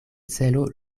celo